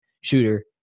shooter